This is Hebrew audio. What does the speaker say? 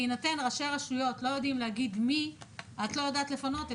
בהינתן שראשי רשויות לא יודעים להגיד מי את לא יודעת לפנות,